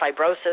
fibrosis